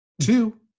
Two